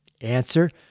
Answer